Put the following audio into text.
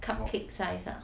cupcake size ah